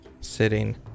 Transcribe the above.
sitting